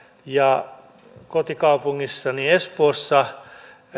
kotikaupungissani espoossa